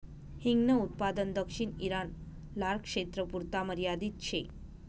हिंगन उत्पादन दक्षिण ईरान, लारक्षेत्रपुरता मर्यादित शे